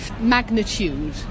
magnitude